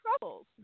troubles